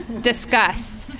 Discuss